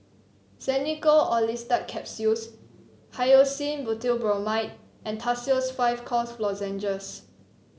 Xenical Orlistat Capsules Hyoscine Butylbromide and Tussils five Cough Lozenges